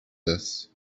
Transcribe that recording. this